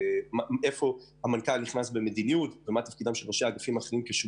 ואיפה הוא נכנס במדיניות ומה תפקיד בעלי התפקידים האחרים.